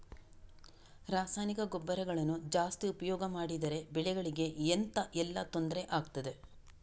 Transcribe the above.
ರಾಸಾಯನಿಕ ಗೊಬ್ಬರಗಳನ್ನು ಜಾಸ್ತಿ ಉಪಯೋಗ ಮಾಡಿದರೆ ಬೆಳೆಗಳಿಗೆ ಎಂತ ಎಲ್ಲಾ ತೊಂದ್ರೆ ಆಗ್ತದೆ?